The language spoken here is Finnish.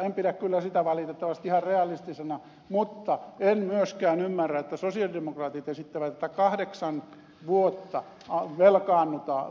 en pidä kyllä sitä valitettavasti ihan realistisena mutta en myöskään ymmärrä että sosialidemokraatit esittävät että kahdeksan vuotta